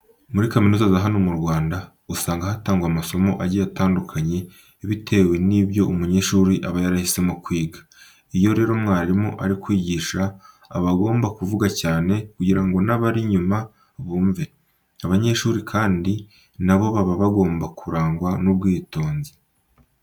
Muri kaminuza za hano mu Rwanda usanga hatangwa amasomo agiye atandukanye bitewe n'ibyo umunyeshuri aba yarahisemo kwiga. Iyo rero umwarimu ari kwigisha aba agomba kuvuga cyane kugira ngo n'abari inyuma bumve. Abanyeshuri kandi na bo baba bagomba kurangwa n'ubwitonzi.